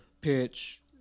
pitch